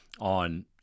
on